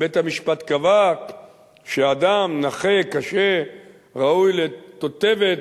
בית-המשפט קבע שאדם נכה קשה ראוי לתותבת,